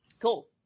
Cool